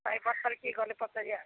ଟାଇପର ସାରିକି ଗଲେ ପଚାରିବା ଆଉ